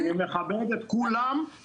אני מכבד את כולם,